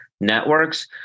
networks